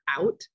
out